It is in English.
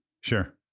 Sure